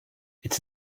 its